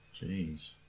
Jeez